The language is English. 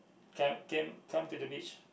can came come to the beach